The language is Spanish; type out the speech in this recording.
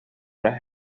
las